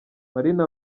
marine